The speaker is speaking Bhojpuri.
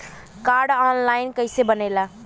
कार्ड ऑन लाइन कइसे बनेला?